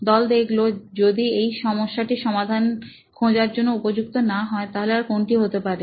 দল দেখলো যদি এই সমস্যা টি সমাধান খোঁজার জন্য উপযুক্ত না হয় তাহলে আর কোনটি হতে পারে